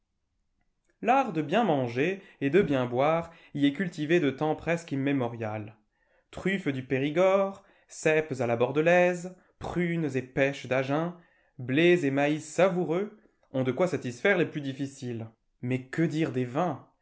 l'art de bien manger et de bien boire y est cultivé de temps presque immémorial truffes du périgord cèpes à la bordelaise prunes et pêches d'agen blés et maïs savoureux ont de quoi satisfaire les plus difficiles mais que dire des vins